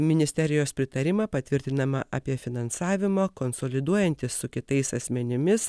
ministerijos pritarimą patvirtinama apie finansavimą konsoliduojantis su kitais asmenimis